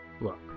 look